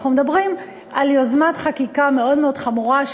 אנחנו מדברים על יוזמת חקיקה מאוד מאוד חמורה,